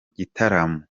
gitaramo